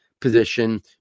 position